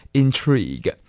intrigue 。